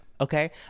Okay